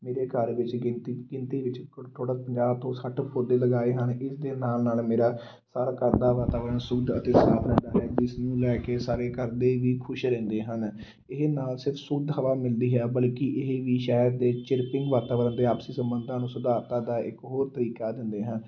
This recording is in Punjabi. ਮੇਰੇ ਘਰ ਵਿੱਚ ਗਿਣਤੀ ਗਿਣਤੀ ਵਿੱਚ ਥੋੜ੍ਹਾ ਪੰਜਾਹ ਤੋਂ ਸੱਠ ਪੌਦੇ ਲਗਾਏ ਹਨ ਇਸ ਦੇ ਨਾਲ ਨਾਲ ਮੇਰਾ ਸਾਰਾ ਘਰ ਦਾ ਵਾਤਾਵਰਨ ਸ਼ੁੱਧ ਅਤੇ ਸਾਫ਼ ਰਹਿੰਦਾ ਹੈ ਜਿਸ ਨੂੰ ਲੈ ਕੇ ਘਰ ਦੇ ਵੀ ਖੁਸ਼ ਰਹਿੰਦੇ ਹਨ ਇਹ ਨਾ ਸਿਰਫ ਸ਼ੁੱਧ ਹਵਾ ਮਿਲਦੀ ਹੈ ਬਲਕਿ ਇਹ ਵੀ ਸ਼ਹਿਰ ਦੇ ਚਿਰਪਿੰਗ ਵਾਤਾਵਰਨ ਦੇ ਆਪਸੀ ਸੰਬੰਧਾਂ ਨੂੰ ਸੁਧਾਰਤਾ ਦਾ ਇੱਕ ਹੋਰ ਤਰੀਕਾ ਦਿੰਦੇ ਹਨ